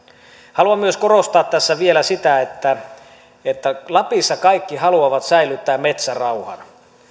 haluan myös korostaa tässä vielä sitä että että lapissa kaikki haluavat säilyttää metsärauhan